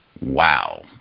wow